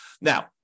Now